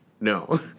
No